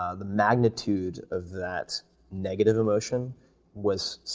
ah the magnitude of that negative emotion was